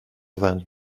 vingt